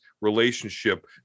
relationship